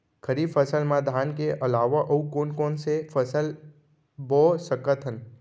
खरीफ फसल मा धान के अलावा अऊ कोन कोन से फसल बो सकत हन?